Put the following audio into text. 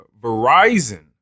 Verizon